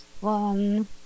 one